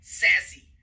sassy